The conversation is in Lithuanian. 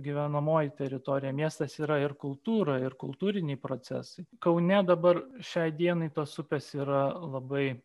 gyvenamoji teritorija miestas yra ir kultūra ir kultūriniai procesai kaune dabar šiai dienai tos upės yra labai